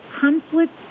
conflict